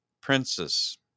princess